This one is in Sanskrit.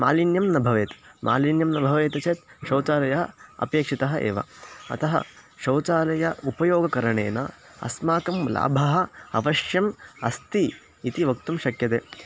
मालिन्यं न भवेत् मालिन्यं न भवेत् चेत् शौचालयः अपेक्षितः एव अतः शौचालय उपयोगकरणेन अस्माकं लाभः अवश्यम् अस्ति इति वक्तुं शक्यते